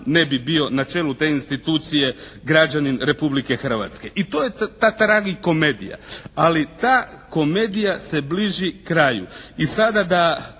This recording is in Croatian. ne bi bio na čelu te institucije građanin Republike Hrvatske. I to je ta tragikomedija. Ali ta komedija se bliži kraju. I sada da